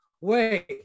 Wait